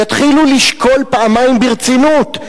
יתחילו לשקול פעמיים ברצינות.